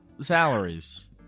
Salaries